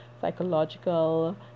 psychological